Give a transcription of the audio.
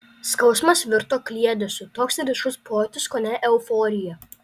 skausmas virto kliedesiu toks ryškus pojūtis kone euforija